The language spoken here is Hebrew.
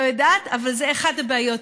לא יודעת, אבל זו אחת הבעיות.